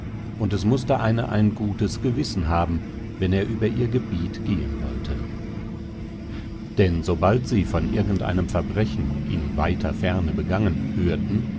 und es mußte einer ein gutes gewissen haben wenn er über ihr gebiet gehen wollte denn sobald sie von irgendeinem verbrechen in weiter ferne begangen hörten